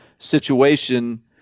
situation